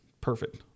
perfect